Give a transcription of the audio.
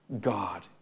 God